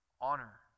honor